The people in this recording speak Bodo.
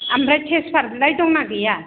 ओमफ्राय टेसपाट लाइ दंना गैया